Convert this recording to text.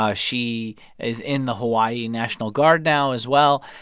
ah she is in the hawaii national guard now, as well.